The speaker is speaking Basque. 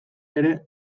ere